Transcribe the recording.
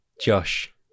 Josh